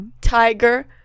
Tiger